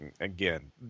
again